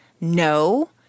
no